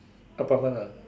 apartment ah